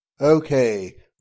Okay